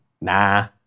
Nah